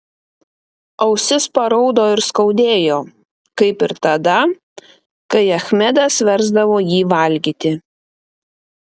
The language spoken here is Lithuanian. ausis paraudo ir skaudėjo kaip ir tada kai achmedas versdavo jį valgyti